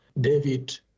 David